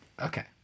Okay